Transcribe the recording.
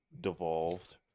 devolved